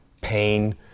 pain